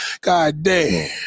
Goddamn